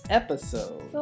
episode